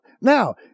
Now